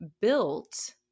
built